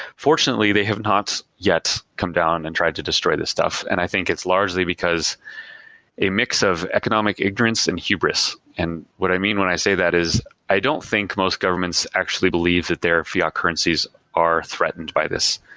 fortunately, the have not yet come down and try to destroy this stuff, and i think it's largely because a mix of economic ignorance and hubris. and what i mean when i say that is i don't think most governments actually believe that their fiat currencies are threatened by this.